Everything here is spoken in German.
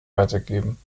weitergeben